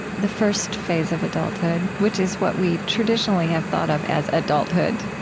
the first phase of adulthood, which is what we traditionally have thought of as adulthood.